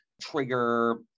trigger